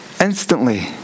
instantly